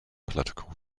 political